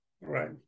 Right